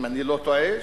אם אני לא טועה,